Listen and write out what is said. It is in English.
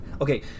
Okay